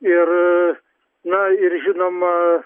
ir na ir žinoma